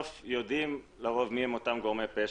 יודעים בסוף מי הם אותם גורמי פשע.